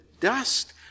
dust